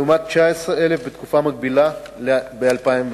לעומת 19,000 בתקופה המקבילה ב-2008.